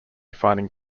finding